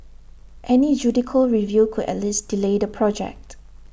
any judicial review could at least delay the project